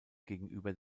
gegenüber